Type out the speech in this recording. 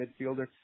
midfielder